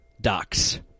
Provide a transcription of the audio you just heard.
Docs